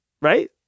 right